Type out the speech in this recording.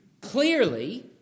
clearly